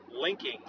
linking